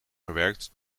gewerkt